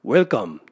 Welcome